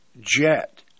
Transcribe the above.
Jet